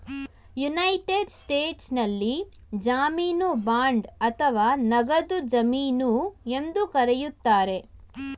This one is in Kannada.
ಯುನೈಟೆಡ್ ಸ್ಟೇಟ್ಸ್ನಲ್ಲಿ ಜಾಮೀನು ಬಾಂಡ್ ಅಥವಾ ನಗದು ಜಮೀನು ಎಂದು ಕರೆಯುತ್ತಾರೆ